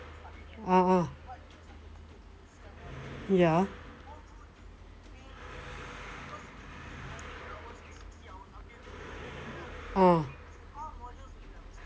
(uh huh) ya ah